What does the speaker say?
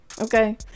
Okay